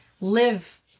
live